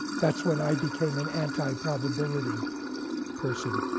that's when i became an anti-probability person.